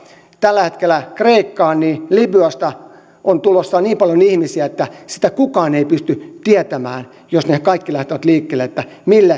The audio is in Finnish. tällä hetkellä loppunut turkista kreikkaan niin libyasta on tulossa niin paljon ihmisiä että sitä kukaan ei pysty tietämään jos he kaikki lähtevät liikkeelle